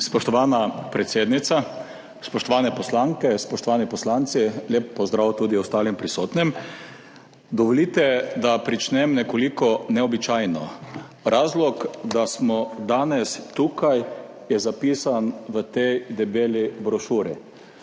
Spoštovana predsednica, spoštovane poslanke, spoštovani poslanci, lep pozdrav tudi ostalim prisotnim! Dovolite, da začnem nekoliko neobičajno. Razlog, da smo danes tukaj, je zapisan v tej debeli brošuri.